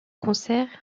concert